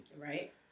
Right